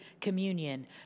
communion